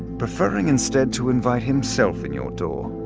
preferring instead to invite himself in your door.